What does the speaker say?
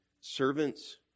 Servants